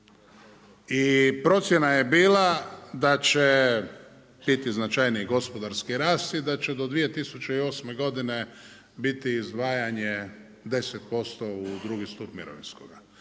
i procjena je bila da će biti značajniji gospodarski rast i da će do 2008. godine biti izdvajanje 10% u drugi stup mirovinskoga.